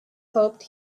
hoped